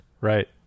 right